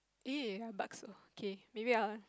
ee bakso K maybe I will